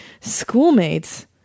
Schoolmates